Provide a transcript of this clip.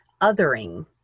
othering